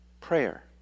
Prayer